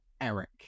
Eric